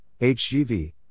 HGV